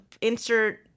insert